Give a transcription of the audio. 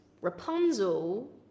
Rapunzel